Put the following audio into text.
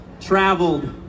traveled